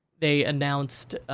they announced,